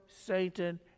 Satan